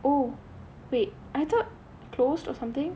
oh wait I thought closed or something